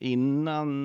Innan